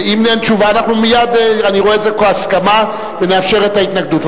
אם אין תשובה אני רואה את זה כהסכמה ונאפשר את ההתנגדות.